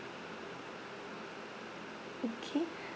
okay